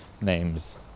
names